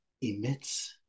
emits